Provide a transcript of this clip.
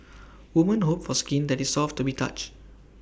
women hope for skin that is soft to be touch